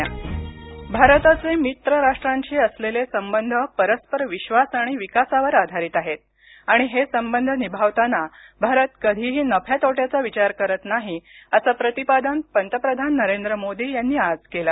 मॉरीशस् भारताचे मित्र राष्ट्रांशी असलेले संबंध परस्पर विश्वास आणि विकासावर आधारित आहेत आणि हे संबंध निभावताना भारत कधीही नफ्या तोट्याचा विचार करत नाही असं प्रतिपादन पंतप्रधान नरेंद्र मोदी यांनी आज केलं